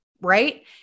Right